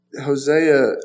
Hosea